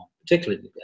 particularly